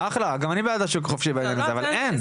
אחלה, גם אני בעד שוק חופשי בעניין הזה אבל אין.